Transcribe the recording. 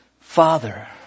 Father